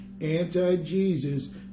anti-jesus